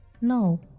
No